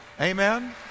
Amen